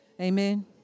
Amen